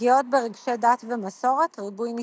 פגיעות ברגשי דת ומסורת, ריבוי נישואין.